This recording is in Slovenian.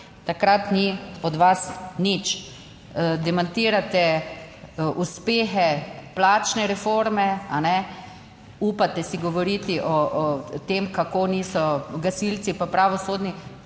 takrat ni od vas nič. Demantirate uspehe plačne reforme, a ne, upate si govoriti o tem, kako niso gasilci pa pravosodni